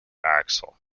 axle